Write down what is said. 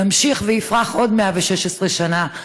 שימשיך ויפרח עוד 116 שנה.